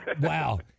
Wow